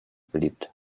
beliebt